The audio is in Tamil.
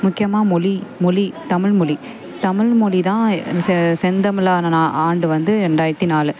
முக்கியமாக மொழி மொழி தமிழ் மொழி தமிழ் மொழி தான் செ செந்தமிழான ஆ ஆண்டு வந்து ரெண்டாயிரத்து நாலு